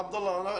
עבדאללה,